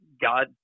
God